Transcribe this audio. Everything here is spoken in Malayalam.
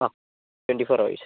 ആ ട്വെൻ്റി ഫോർ അവേഴ്സ്